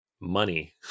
money